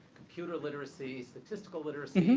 computer literacy, statistical literacy,